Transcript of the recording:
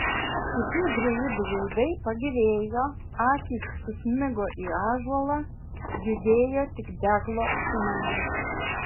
kitų druidų veidai pagyvėjo akys susmigo į ąžuolą judėjo tik deglo ugnelė